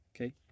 okay